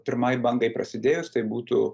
pirmai bangai prasidėjus tai būtų